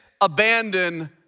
abandon